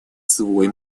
свой